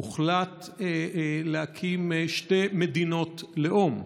הוחלט להקים שתי מדינות לאום.